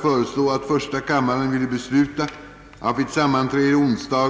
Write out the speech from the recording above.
hållas